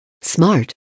Smart